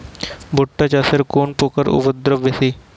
ভুট্টা চাষে কোন পোকার উপদ্রব বেশি?